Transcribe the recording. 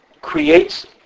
creates